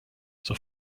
zur